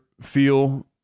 feel